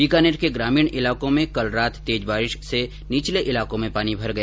बीकानेर के ग्रामीण ईलाकों में कल रात तेज बारिश से निचले इलाकों में पानी भर गया